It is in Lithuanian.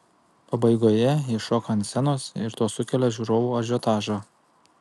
pabaigoje ji šoka ant scenos ir tuo sukelia žiūrovų ažiotažą